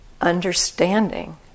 understanding